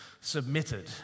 submitted